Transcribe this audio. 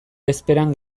bezperan